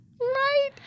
right